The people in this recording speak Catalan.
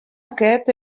aquest